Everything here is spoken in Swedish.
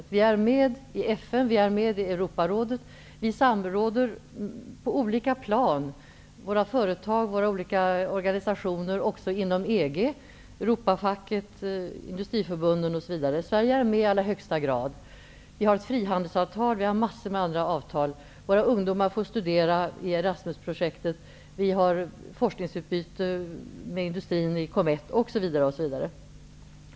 Vi är med i FN, vi är med i Europarådet, vi samråder på olika plan - genom våra företag, genom våra olika organisationer också inom EG, genom Europafacket, industriförbunden, osv. Sverige är med i allra högsta grad. Vi har ett frihandelsavtal, och vi har massor med andra avtal. Våra ungdomar får studera i Erasmus-projektet, vi har forskningsutbyte med industrin i COMETT, osv., osv.